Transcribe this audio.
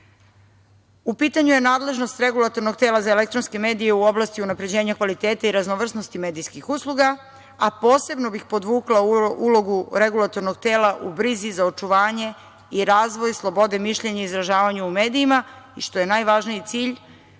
U pitanju je nadležnost regulatornog tela za elektronske medije u oblasti unapređenja kvaliteta i raznovrsnosti medijskih usluga, a posebno bih podvukla ulogu REM u brizi za očuvanje i razvoj slobode mišljenja i izražavanja u medijima, što je najvažniji cilj